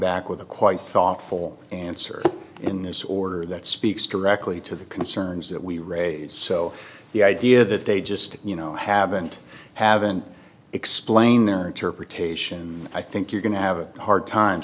back with a quite thoughtful answer in this order that speaks directly to the concerns that we read so the idea that they just you know haven't haven't explained their interpretation and i think you're going to have a hard time